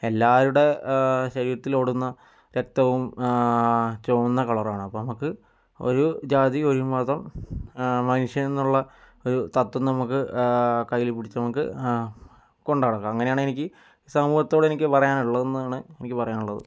എല്ലാവരുടെ ശരീരത്തില് ഓടുന്ന രക്തവും ചുവന്ന കളറാണ് അപ്പോൾ അത് ഒരു ജാതി ഒരു മതം മനുഷ്യനെന്നുള്ള ഒരു തത്വം നമുക്ക് കയ്യിൽ പിടിച്ച് നമുക്ക് കൊണ്ടുനടക്കണം അങ്ങനെയാണ് എനിക്ക് സമൂഹത്തോട് എനിക്ക് പറയാനുള്ളതെന്നാണ് എനിക്ക് പറയാനുള്ളത്